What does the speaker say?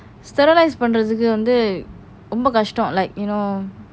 sterilise பண்றதுக்கு வந்து ரொம்ப கஷ்டம்:panrathuku vanthu romba kastam oh my gosh not like you know